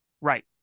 Right